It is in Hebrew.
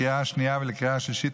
לקריאה השנייה ולקריאה השלישית,